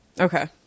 Okay